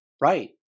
Right